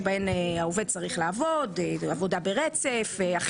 שהעובד צריך לעבוד, עבודה ברצף וכו'.